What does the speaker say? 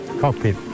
cockpit